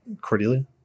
Cordelia